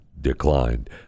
declined